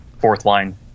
fourth-line